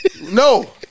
No